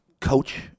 coach